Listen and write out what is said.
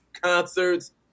concerts